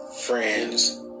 friends